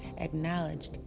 acknowledged